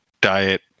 diet